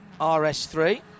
RS3